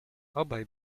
obaj